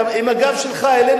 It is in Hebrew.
אתה עם הגב שלך אלינו,